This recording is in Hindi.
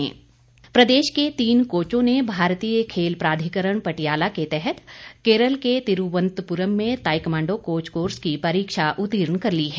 ताईक्वांडो प्रदेश के तीन कोचों ने भारतीय खेल प्राधिकरण पटियाला के तहत केरल के तिरूवंतपुरम में ताईक्वांडो कोच कोर्स की परीक्षा उतीर्ण कर ली है